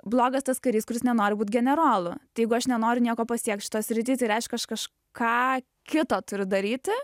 blogas tas karys kuris nenori būt generolu tai jeigu aš nenoriu nieko pasiekt šitoj sritį tai reikšia aš kaž ką kito turiu daryti